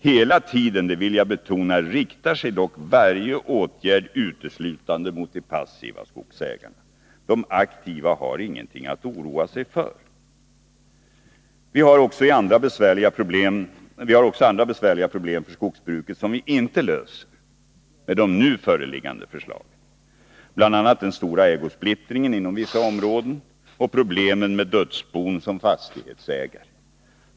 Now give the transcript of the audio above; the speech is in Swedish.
Hela tiden — det vill jag betona — riktar sig varje åtgärd uteslutande mot de passiva skogsägarna. De aktiva har ingenting att oroa sig för. Vi har också andra besvärliga problem för skogsbruket som vi inte löser med de nu föreliggande förslagen, bl.a. den stora ägosplittringen inom vissa områden och problemen med dödsbon som fastighetsägare.